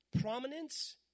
prominence